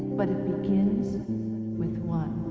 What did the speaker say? but it begins with one.